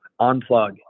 unplug